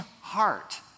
heart